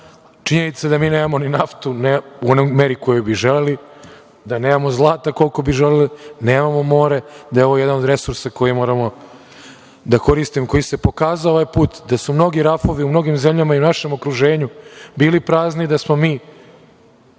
je da mi nemamo naftu u onoj meri u kojoj bi želeli, da nemamo zlata koliko bi želeli, nemamo more. Nemamo jedan od resursa koji bi morali da koristimo, koji se pokazao ovaj put da su mnogi rafovi u mnogim zemljama i u našem okruženju bili prazni i da smo mi